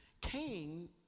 Cain